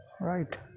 right